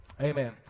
Amen